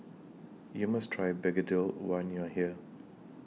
YOU must Try Gegedil when YOU Are here